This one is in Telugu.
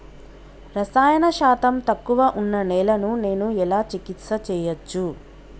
రసాయన శాతం తక్కువ ఉన్న నేలను నేను ఎలా చికిత్స చేయచ్చు?